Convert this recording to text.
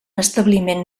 establiment